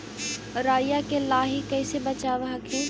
राईया के लाहि कैसे बचाब हखिन?